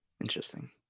Interesting